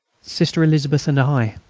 sister elizabeth. and i.